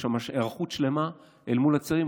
יש שם היערכות שלמה אל מול הצירים.